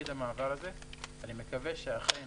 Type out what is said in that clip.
אני מקווה שאכן